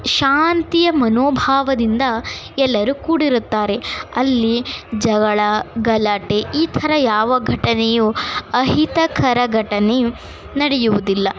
ಶಾಂತಿಯ ಮನೋಭಾವದಿಂದ ಎಲ್ಲರೂ ಕೂಡಿರುತ್ತಾರೆ ಅಲ್ಲಿ ಜಗಳ ಗಲಾಟೆ ಈ ತರಹ ಯಾವ ಘಟನೆಯು ಅಹಿತಕರ ಘಟನೆಯೂ ನಡೆಯುವುದಿಲ್ಲ